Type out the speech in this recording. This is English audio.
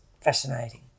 fascinating